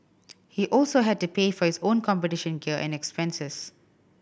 he also had to pay for his own competition gear and expenses